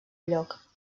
lloc